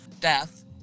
death